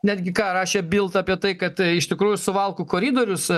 netgi ką rašė build apie tai kad tai iš tikrųjų suvalkų koridorius